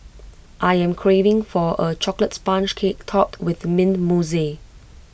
I am craving for A Chocolate Sponge Cake Topped with Mint Mousse